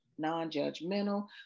non-judgmental